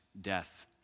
death